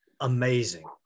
amazing